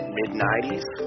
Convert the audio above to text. mid-'90s